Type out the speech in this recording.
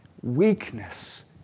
weakness